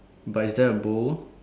but is there a bowl